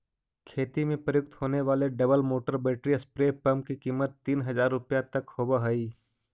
खेती में प्रयुक्त होने वाले double motor battery spray pump की कीमत तीन हज़ार रुपया तक होवअ हई